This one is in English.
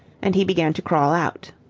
and he began to crawl out.